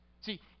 See